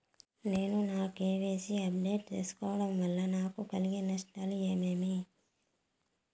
నేను నా కె.వై.సి ని అప్డేట్ సేయకపోవడం వల్ల నాకు కలిగే నష్టాలు ఏమేమీ?